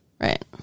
Right